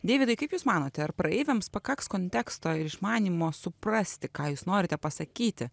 deividai kaip jūs manote ar praeiviams pakaks konteksto išmanymo suprasti ką jūs norite pasakyti